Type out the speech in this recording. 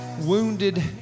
Wounded